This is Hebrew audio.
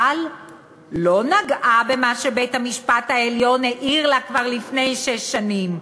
אבל לא נגעה במה שבית-המשפט העליון העיר לה כבר לפני שש שנים,